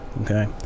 Okay